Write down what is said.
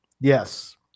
Yes